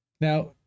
Now